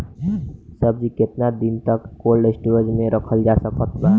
सब्जी केतना दिन तक कोल्ड स्टोर मे रखल जा सकत बा?